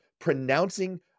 pronouncing